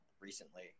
recently